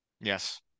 yes